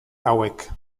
hauek